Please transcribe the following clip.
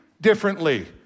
differently